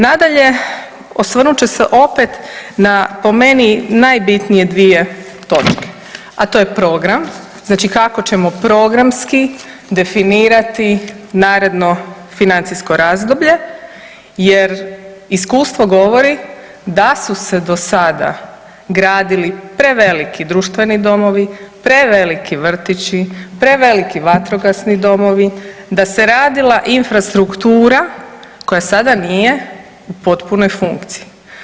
Nadalje, osvrnut ću se opet na po meni najbitnije dvije točke, a to je program, znači kako ćemo programski definirati naredno financijsko razdoblje jer iskustvo govori da su se do sada gradili preveliki društveni domovi, preveliki vrtići, preveliki vatrogasni domovi, da se radila infrastruktura koja sada nije u potpunoj funkciji.